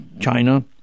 China